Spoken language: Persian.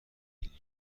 میلیون